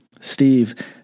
Steve